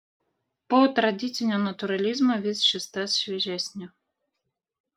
po tradicinio natūralizmo vis šis tas šviežesnio